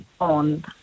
on